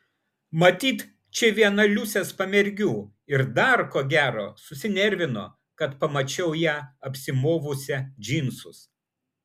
matyt čia viena liusės pamergių ir dar ko gero susinervino kad pamačiau ją apsimovusią džinsus